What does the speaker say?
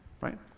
right